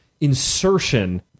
insertion